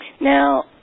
Now